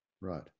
Right